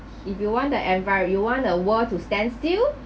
if you want the envi~ you want the world to stand still